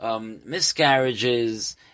Miscarriages